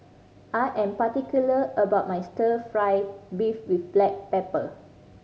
I am particular about my Stir Fry beef with black pepper